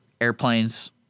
airplanes